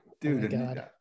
dude